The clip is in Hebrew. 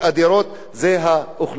זה האוכלוסייה האתיופית.